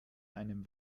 einem